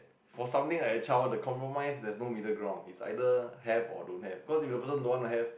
for something like a child the compromise there's no middle ground it's either have or don't have cause if the person don't want to have